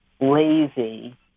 lazy